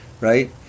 right